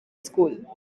school